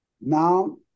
Now